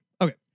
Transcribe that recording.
Okay